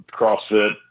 CrossFit